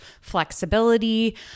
flexibility